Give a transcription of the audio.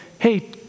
hey